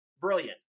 brilliant